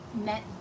met